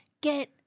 get